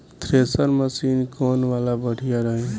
Thresher machine कौन वाला बढ़िया रही?